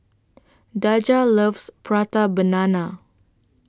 Daja loves Prata Banana